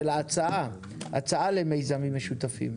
אלא הצעה למיזמים משותפים.